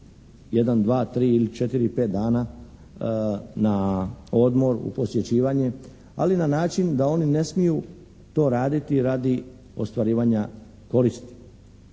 četiri ili pet dana na odmor, u posjećivanje ali na način da oni ne smiju to raditi radi ostvarivanja koristi.